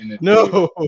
No